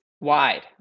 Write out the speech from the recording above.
wide